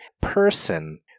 person